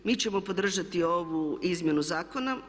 Mi ćemo podržati ovu izmjenu zakona.